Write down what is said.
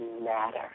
matter